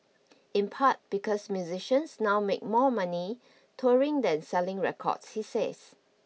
in part because musicians now make more money touring than selling records he says